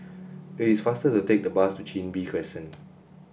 it is faster to take the bus to Chin Bee Crescent